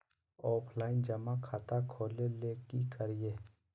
Offline जमा खाता खोले ले की करिए?